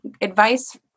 advice